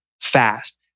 fast